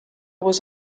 was